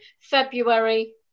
February